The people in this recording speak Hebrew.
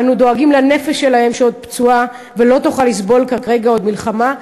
אנו דואגים לנפש שלהם שעוד פצועה ולא תוכל לסבול כרגע עוד מלחמה,